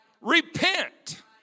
Repent